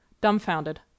dumbfounded